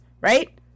right